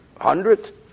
hundred